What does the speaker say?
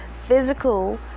physical